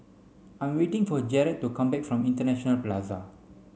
I'm waiting for Jered to come back from International Plaza